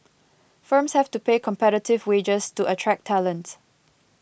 firms have to pay competitive wages to attract talent